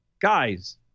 guys